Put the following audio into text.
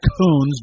Coons